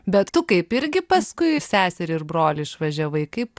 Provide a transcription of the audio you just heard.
bet tu kaip irgi paskui seserį ir brolį išvažiavai kaip